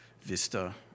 vista